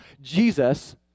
Jesus